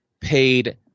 paid